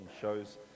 shows